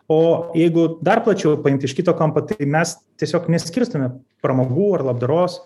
o jeigu dar plačiau paimt iš kito kampo tai mes tiesiog neskirstome pramogų ar labdaros